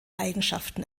eigenschaften